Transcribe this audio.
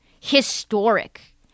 Historic